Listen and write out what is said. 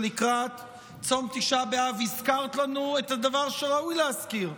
שלקראת צום תשעה באב הזכרת לנו את הדבר שראוי להזכיר,